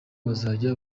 bazajya